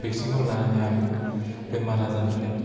vaccine खौ लानोनो हायामोन बेमार आजारनिफ्राय